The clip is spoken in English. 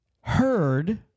heard